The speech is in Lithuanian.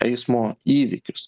eismo įvykius